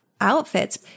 outfits